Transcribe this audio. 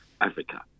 Africa